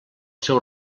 seu